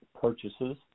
purchases